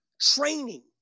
training